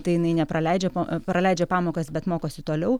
tai jinai nepraleidžia praleidžia pamokas bet mokosi toliau